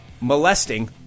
molesting